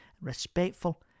respectful